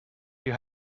you